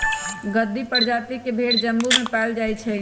गद्दी परजाति के भेड़ जम्मू में पाएल जाई छई